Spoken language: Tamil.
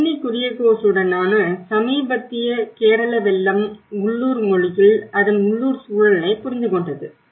பென்னி குரியகோஸுடனான சமீபத்திய கேரள வெள்ளம் உள்ளூர் மொழியில் அதன் உள்ளூர் சூழலைப் புரிந்துகொண்டது